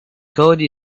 code